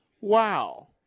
wow